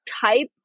type